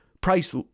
price